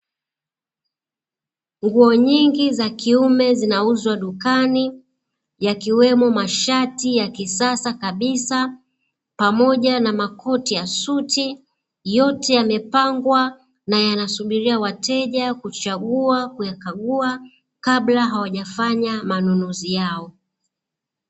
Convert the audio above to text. Nguo nyingi za kiume zinauzwa dukani, yakiwemo mashati ya kisasa kabisa, pamoja na makoti ya suti, yote yamepangwa na yanasubiria wateja kuchagua, kuyakagua kabla hawajafanya manunuzi yao.